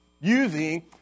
using